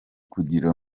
kugira